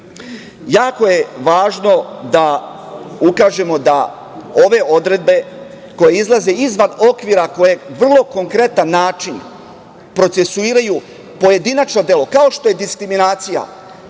je važno da ukažemo da ove odredbe koje izlaze izvan okvira koji vrlo konkretan način procesuiraju pojedinačna dela, kao što je diskriminacija,